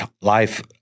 life